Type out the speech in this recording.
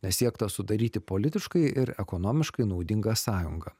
nes siekta sudaryti politiškai ir ekonomiškai naudingą sąjungą